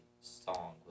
song